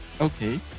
Okay